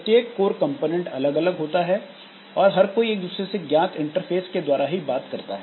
प्रत्येक core component अलग होता है और हर कोई एक दूसरे से ज्ञात इंटरफ़ेसेज के द्वारा ही बात करता है